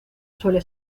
suele